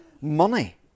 money